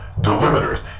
delimiters